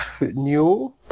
new